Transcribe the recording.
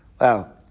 Wow